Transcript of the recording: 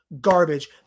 Garbage